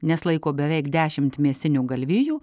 nes laiko beveik dešimt mėsinių galvijų